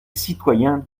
citoyens